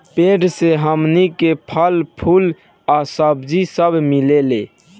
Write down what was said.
पेड़ से हमनी के फल, फूल आ सब्जी सब मिलेला